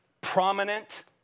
prominent